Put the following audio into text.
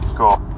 cool